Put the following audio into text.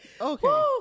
Okay